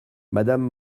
madame